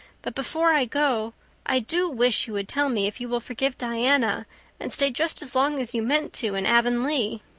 but before i go i do wish you would tell me if you will forgive diana and stay just as long as you meant to in avonlea.